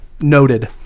noted